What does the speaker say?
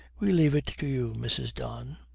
we leave it to you, mrs. don